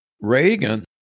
Reagan